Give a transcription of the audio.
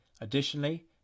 Additionally